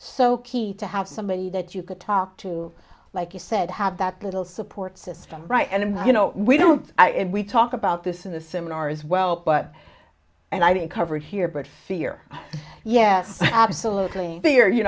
so key to have somebody that you could talk to like you said have that little support system right and you know we don't we talk about this in the seminar as well but and i didn't cover it here but fear yes absolutely